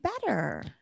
better